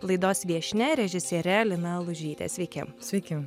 laidos viešnia režisiere lina lužytė sveiki sveiki